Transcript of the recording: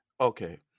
okay